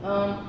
um